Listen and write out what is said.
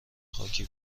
خاکی